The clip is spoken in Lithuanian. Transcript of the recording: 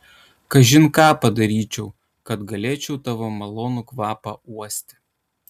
kažin ką padaryčiau kad galėčiau tavo malonų kvapą uosti